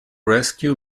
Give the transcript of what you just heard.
rescue